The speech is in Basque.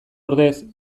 ordez